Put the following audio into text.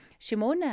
Shimona